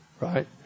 right